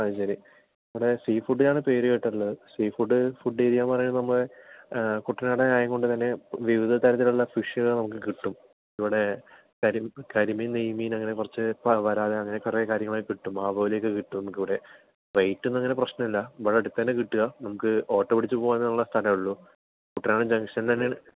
അത് ശരി അതായത് സീഫുഡിനാണ് പേര് കേട്ടിട്ടുള്ളത് സീഫുഡ് ഫുഡെരിയ എന്നുപറയുന്ന നമ്മളുടെ കുട്ടനാട് ആയതുകൊണ്ട് തന്നെ വിവിധ തരത്തിലുള്ള ഫിഷുകൾ നമ്മൾക്ക് കിട്ടും ഇവിടെ കരി കരിമീൻ നെയ്മീൻ അങ്ങനെ കുറച്ച് വരാൽ അങ്ങനെ കുറച്ച് കാര്യങ്ങളൊക്കെ കിട്ടും ആവോലിയൊക്കെ കിട്ടും നമ്മൾക്ക് ഇവിടെ റേറ്റ് ഒന്നും അങ്ങനെ പ്രശ്നമല്ല ഇവിടെ അടുത്ത് തന്നെ കിട്ടും നമ്മൾക്ക് ഓട്ടോ പിടിച്ച് പോകാനുള്ള സ്ഥലം ഉള്ളു കുട്ടനാട് ജംക്ഷനിൽ തന്നെ ആണ്